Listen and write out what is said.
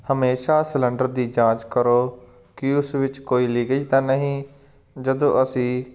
ਹਮੇਸ਼ਾ ਸਿਲੰਡਰ ਦੀ ਜਾਂਚ ਕਰੋ ਕਿ ਉਸ ਵਿੱਚ ਕੋਈ ਲੀਕੇਜ ਤਾਂ ਨਹੀਂ ਜਦੋਂ ਅਸੀਂ